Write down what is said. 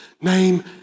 name